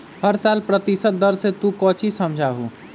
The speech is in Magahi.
हर साल प्रतिशत दर से तू कौचि समझा हूँ